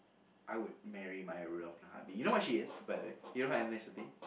I would marry Maya-Rudolph in a heartbeat you know what she is by the way you know her ethnicity